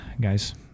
Guys